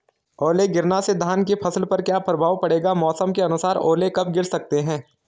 ओले गिरना से धान की फसल पर क्या प्रभाव पड़ेगा मौसम के अनुसार ओले कब गिर सकते हैं?